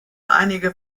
einige